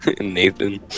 Nathan